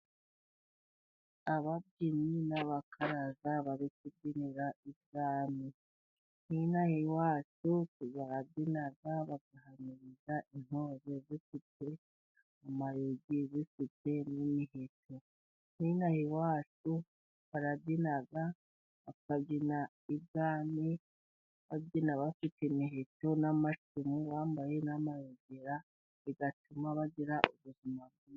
Ababyinnyi n'abakaraza bari kubyinira ibwami. N'inaha iwacu, barabyina, bagahamiriza. intore zifite amayoge, zifite n'imiheto. N'inaha iwacu barabyina bakabyinira ibwami. Babyina bafite imiheto n'amacumu, bambaye n'amayugera bigatuma bagira ubuzima bwiza.